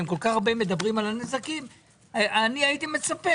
כל כך הרבה מדברים על הנזקים והייתי מצפה